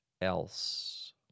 else